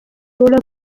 solo